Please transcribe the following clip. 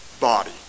body